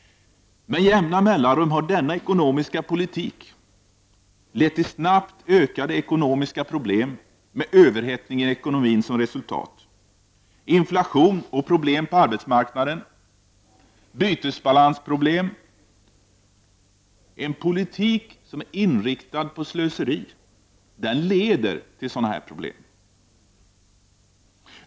Med jämna mellanrum har denna ekonomiska politik lett till snabbt ökande ekonomiska problem med överhettning i ekonomin, inflation och problem på arbetsmarknaden och bytesbalansproblem. En politik inriktad på slöseri leder till sådana problem.